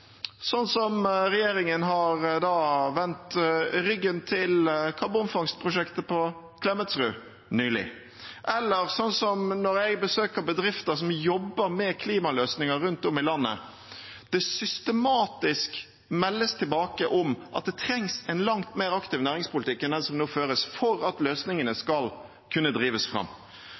som at regjeringen har vendt ryggen til karbonfangstprosjektet på Klemetsrud nylig, eller at når jeg besøker bedrifter som jobber med klimaløsninger rundt om i landet, meldes det systematisk tilbake om at det trengs en langt mer aktiv næringspolitikk en den som nå føres, for at løsningene skal kunne drives fram.